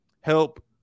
help